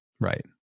Right